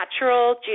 natural